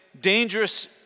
dangerous